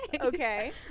okay